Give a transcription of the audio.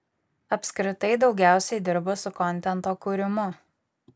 apskritai daugiausiai dirbu su kontento kūrimu